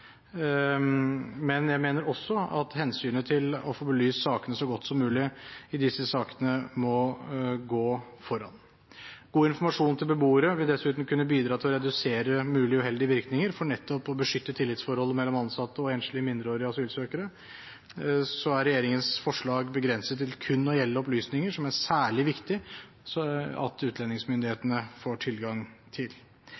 men jeg mener også at hensynet til å få belyst disse sakene så godt som mulig, må gå foran. Vår informasjon til beboere vil dessuten kunne bidra til å redusere mulige uheldige virkninger for nettopp å beskytte tillitsforholdet mellom ansatte og enslige mindreårige asylsøkere. Regjeringens forslag er begrenset til kun å gjelde opplysninger som det er særlig viktig at